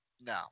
No